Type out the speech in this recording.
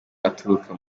aturuka